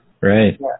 right